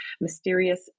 mysterious